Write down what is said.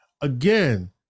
Again